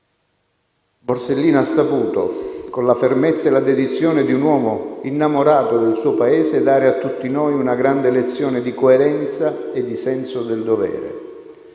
Borsellino ha saputo, con la fermezza e la dedizione di un uomo innamorato del suo Paese, dare a tutti noi una grande lezione di coerenza e di senso del dovere.